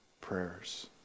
prayers